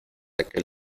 aquel